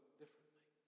differently